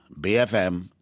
BFM